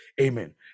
amen